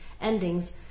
endings